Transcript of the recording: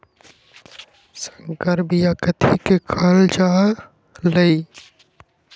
संकर बिया कथि के कहल जा लई?